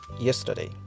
yesterday